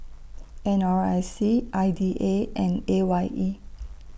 N R I C I D A and A Y E